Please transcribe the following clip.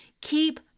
Keep